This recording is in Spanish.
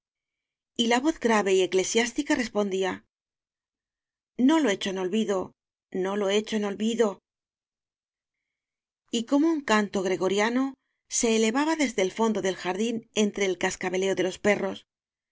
olvido la voz grave y eclesiástica respondía no lo echo en olvido no lo echo en olvido y como un canto gregoriano se elevaba desde el tondo del jardín entre el cascabeleo de los perros